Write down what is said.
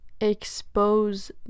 expose